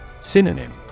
Synonym